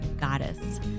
goddess